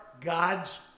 God's